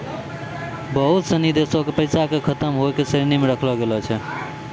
बहुते सिनी देशो के पैसा के खतम होय के श्रेणी मे राखलो गेलो छै